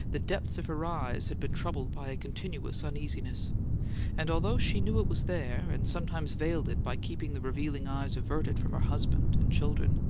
the depths of her eyes had been troubled by a continuous uneasiness and, although she knew it was there, and sometimes veiled it by keeping the revealing eyes averted from her husband and children,